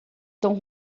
tão